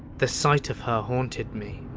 the sight of her haunted me,